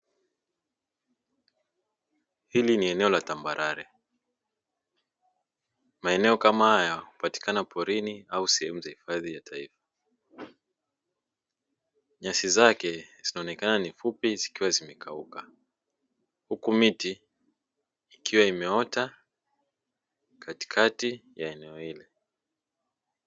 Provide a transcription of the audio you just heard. Hili ni eneo la tambarare. Maeneo kama haya hupatikana porini au sehemu za hifadhi za taifa. Nyasi zake zinaonekana ni fupi zikiwa zimekauka, huku miti ikiwa imeota katikati ya eneo hili.